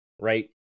right